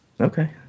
Okay